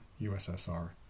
USSR